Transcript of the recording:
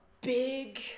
big